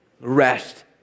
rest